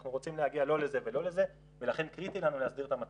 אנחנו רוצים להגיע לא לזה ולא לזה ולכן קריטי לנו להסדיר את המצב.